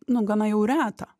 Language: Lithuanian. nu gana jau reta